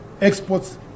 exports